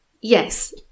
Yes